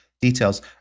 details